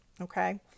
Okay